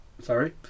Sorry